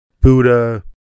Buddha